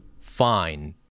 fine